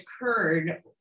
occurred